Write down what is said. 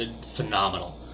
phenomenal